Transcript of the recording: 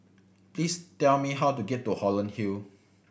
please tell me how to get to Holland Hill